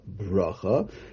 bracha